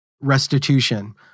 restitution